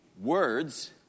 words